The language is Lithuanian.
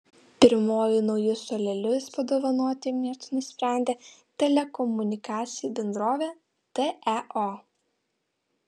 pirmoji naujus suolelius padovanoti miestui nusprendė telekomunikacijų bendrovė teo